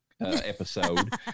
episode